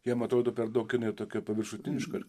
jiem atrodo per daug jinai tokia paviršutiniška